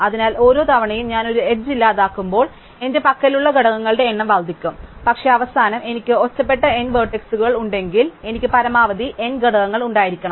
അതിനാൽ ഓരോ തവണയും ഞാൻ ഒരു എഡ്ജ് ഇല്ലാതാക്കുമ്പോൾ എന്റെ പക്കലുള്ള ഘടകങ്ങളുടെ എണ്ണം വർദ്ധിക്കും പക്ഷേ അവസാനം എനിക്ക് ഒറ്റപ്പെട്ട n വെർട്ടീസുകൾ ഉണ്ടെങ്കിൽ എനിക്ക് പരമാവധി n ഘടകങ്ങൾ ഉണ്ടായിരിക്കാം